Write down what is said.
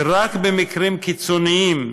ורק במקרים קיצוניים,